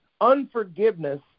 Unforgiveness